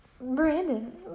Brandon